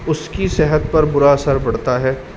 اس کی صحت پر برا اثر پڑتا ہے